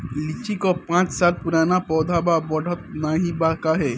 लीची क पांच साल पुराना पौधा बा बढ़त नाहीं बा काहे?